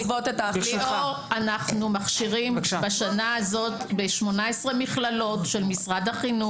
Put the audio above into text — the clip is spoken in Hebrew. אנחנו מכשירים בשנה הזו ב-18 מכללות של משרד החינוך,